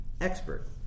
expert